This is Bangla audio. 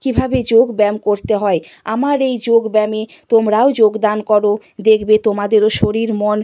কীভাবে যোগব্যায়াম করতে হয় আমার এই যোগব্যায়ামে তোমরাও যোগদান করো দেখবে তোমাদেরও শরীর মন